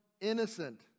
innocent